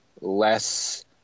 less